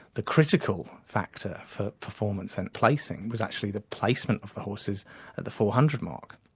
the critical factor for performance and placing was actually the placement of the horses at the four hundred mark,